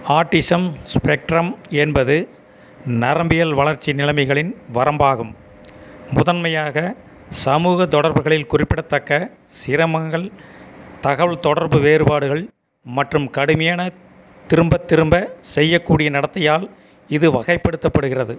autism spectrum என்பது நரம்பியல் வளர்ச்சி நிலைமைகளின் வரம்பாகும் முதன்மையாக சமூக தொடர்புகளில் குறிப்பிடத்தக்க சிரமங்கள் தகவல்தொடர்பு வேறுபாடுகள் மற்றும் கடுமையான திரும்பத்திரும்ப செய்யக்கூடிய நடத்தையால் இது வகைப்படுத்தப்படுகிறது